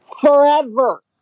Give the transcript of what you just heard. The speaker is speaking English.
forever